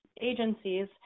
agencies